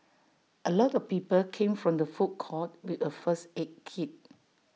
A lot of people came from the food court with A first aid kit